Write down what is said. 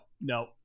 no